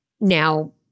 Now